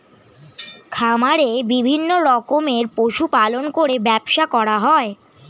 খামারে বিভিন্ন রকমের পশু পালন করে ব্যবসা করা হয়